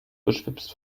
beschwipst